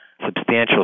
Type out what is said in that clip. substantial